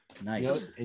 Nice